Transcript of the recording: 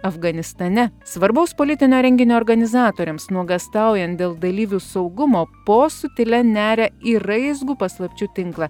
afganistane svarbaus politinio renginio organizatoriams nuogąstaujant dėl dalyvių saugumo po su tile neria į raizgų paslapčių tinklą